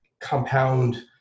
compound